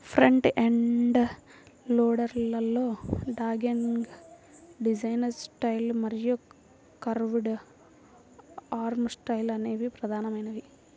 front end loader లలో dogleg design style మరియు curved arm style అనేవి ప్రధానమైనవి